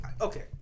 okay